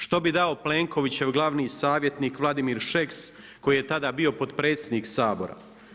Što bi dao Plenkovićev glavni savjetnik Vladimir Šeks koji je tada bio potpredsjednik Sabora.